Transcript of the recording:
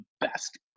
best